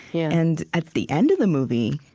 yeah and at the end of the movie,